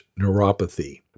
neuropathy